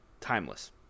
timeless